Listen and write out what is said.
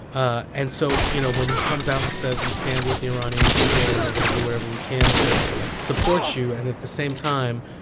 ah and so, you know, when he comes out and says we stand with the iranian people and we're going to do whatever we can to support you, and at the same time,